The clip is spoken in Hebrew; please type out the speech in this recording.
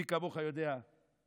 מי כמוך יודע --- פינדרוס,